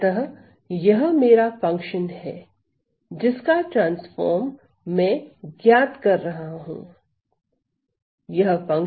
अतःयह मेरा फंक्शन है जिसका ट्रांसफार्म मैं ज्ञात कर रहा हूं